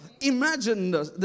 Imagine